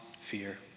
fear